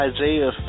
Isaiah